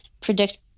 predict